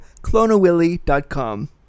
clonawilly.com